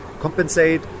compensate